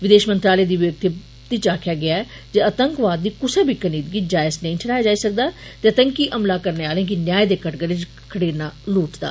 विदेश मंत्रालय दी विज्ञप्ति च आक्खेआ गेआ ऐ जे आतंकवाद दी कुसै बी कनीत गी जायज नेई ठहराया जाई सकदा ते आतंकी हमला करने आले गी न्याय दे कठघरे च खड़ेरना लोड़चदा